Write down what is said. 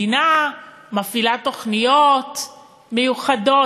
המדינה מפעילה תוכניות מיוחדות.